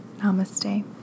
Namaste